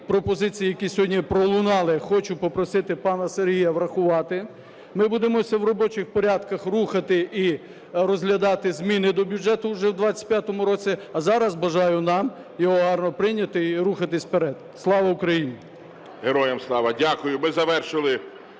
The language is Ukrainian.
пропозиції, які сьогодні пролунали, хочу попросити пана Сергія врахувати. Ми будемо в робочих порядках рухати і розглядати зміни до бюджету вже в 2025 році. А зараз бажаю нам його гарно прийняти і рухатись вперед. Слава Україні! ГОЛОВУЮЧИЙ. Героям слава! Дякую. Ми завершили